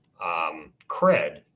cred